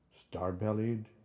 star-bellied